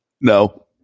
No